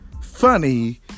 funny